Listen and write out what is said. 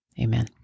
Amen